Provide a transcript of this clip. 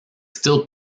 still